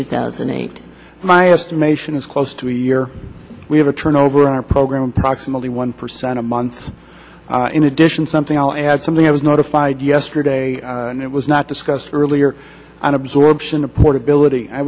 two thousand and eight my estimation is close to a year we have a turnover in our program proximately one percent a month in addition something i'll add something i was notified yesterday and it was not discussed earlier on absorption of portability i